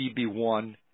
CB1